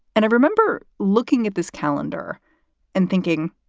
and i remember looking at this calendar and thinking,